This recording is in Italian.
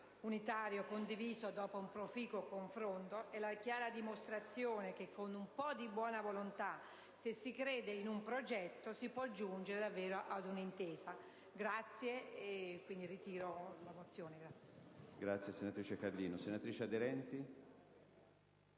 unitario, condiviso dopo un proficuo confronto; è la chiara dimostrazione che con un po' di buona volontà, se si crede in un progetto, si può raggiungere un'intesa.